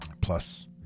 plus